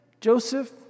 Joseph